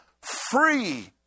free